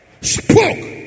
spoke